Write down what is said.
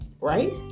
right